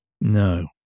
No